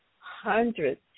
hundreds